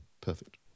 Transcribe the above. perfect